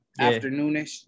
afternoonish